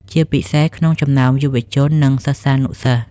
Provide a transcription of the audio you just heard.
ជាពិសេសក្នុងចំណោមយុវជន និងសិស្សានុសិស្ស។